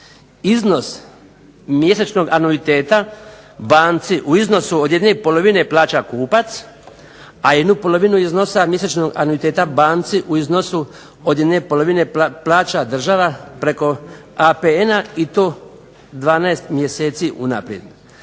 Iznos mjesečnog anuiteta banci u iznosu od ½ plaća kupac, a ½ iznosa mjesečnog anuiteta banci u iznosu od ½ plaća država preko APN-a i to 12 mjeseci unaprijed.